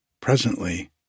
Presently